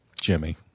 Jimmy